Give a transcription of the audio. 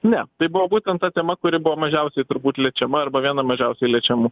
ne tai buvo būtent ta tema kuri buvo mažiausiai turbūt liečiama arba viena mažiausiai liečiamų